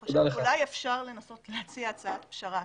חושבת שאולי אפשר לנסות להציע הצעת פשרה.